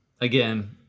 Again